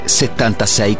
76